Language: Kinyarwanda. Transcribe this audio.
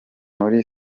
muri